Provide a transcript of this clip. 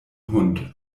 hund